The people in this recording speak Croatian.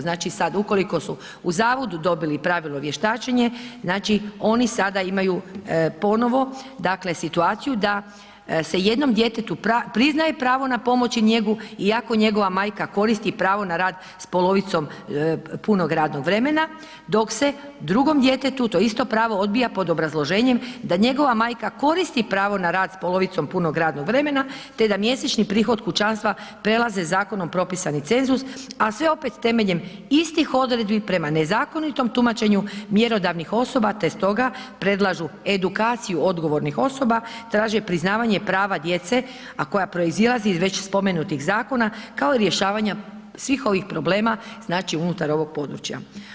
Znači sad, ukoliko su u zavodu dobili pravilno vještačenje, znači oni sada imaju ponovo dakle situaciju da se jednom djetetu priznaje pravo na pomoć i njegu iako njegova majka koristi pravo na rad s polovicom punog radnog vremena, dok se drugom djetetu to isto pravo odbija pod obrazloženjem da njegova majka koristi pravo na rad s polovicom punog radnog vremena te da mjesečni prihod kućanstva prelaze zakonom propisani cenzus, a sve opet temeljem istih odredbi prema nezakonitom tumačenju mjerodavnih osoba te stoga predlažu edukaciju odgovornih osoba, traže priznavanje prava djece, a koja proizilazi iz već spomenutih zakona, kao i rješavanja svih ovih problema, znači unutar ovog područja.